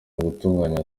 gutunganya